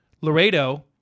Laredo